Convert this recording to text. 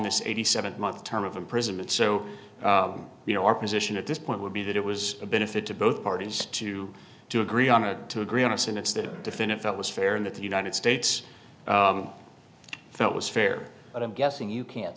this eighty seven month term of imprisonment so you know our position at this point would be that it was a benefit to both parties to to agree on a to agree on us and it's the defendant that was fair and that the united states felt was fair but i'm guessing you can't